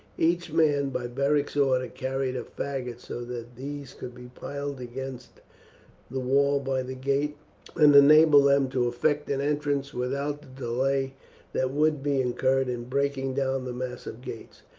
each man, by beric's order, carried a faggot so that these could be piled against the wall by the gate and enable them to effect an entrance without the delay that would be incurred in breaking down the massive gates.